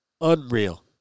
Unreal